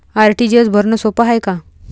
RTGS भरनं सोप हाय का?